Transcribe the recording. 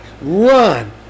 run